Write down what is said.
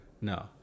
No